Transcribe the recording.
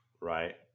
right